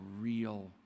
real